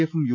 എഫും യു